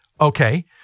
Okay